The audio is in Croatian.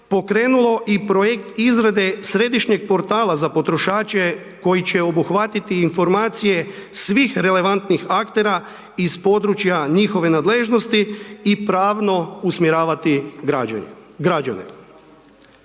pokrenulo i projekt izrade središnjeg portala za potrošače koji će obuhvatiti informacije svih relevantnih aktera iz područja njihove nadležnosti i pravno usmjeravati građane.